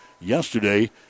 yesterday